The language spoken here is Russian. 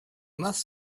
нас